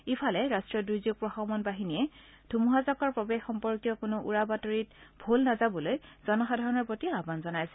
ইফালে ৰাষ্ট্ৰীয় দূৰ্যোগ প্ৰশমন বাহিনীয়ে ধুমুহাজাকৰ প্ৰৱেশ সম্পৰ্কীয় কোনো উৰাবাতৰিত ভোল নাযাবলৈ জনসাধাৰণৰ প্ৰতি আহান জনাইছে